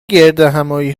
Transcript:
گردهمآیی